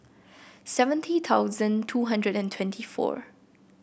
seventy thousand two hundred and twenty four